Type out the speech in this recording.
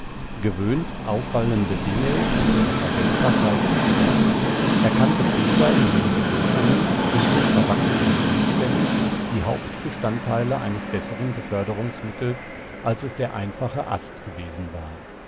gewöhnt auffallende dinge und ihre verwendbarkeit zu prüfen erkannte peter in den gebogenen unten verwachsenen jungstämmen die hauptbestandteile eines besseren beförderungsmittels als es der einfache ast gewesen war